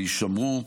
יישמרו.